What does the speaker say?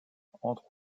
entre